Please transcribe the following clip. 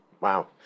Wow